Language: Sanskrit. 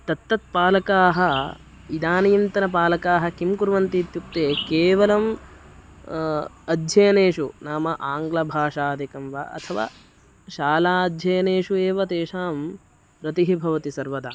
तत्तत् पालकाः इदानीन्तनपालकाः किं कुर्वन्ति इत्युक्ते केवलम् अध्ययनेषु नाम आङ्ग्लभाषादिकं वा अथवा शालाध्ययनेषु एव तेषां रतिः भवति सर्वदा